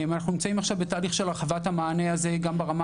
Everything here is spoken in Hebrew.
אנחנו נמצאים בתהליך של הרחבת המענה הזה גם ברמה